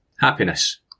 Happiness